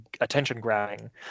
attention-grabbing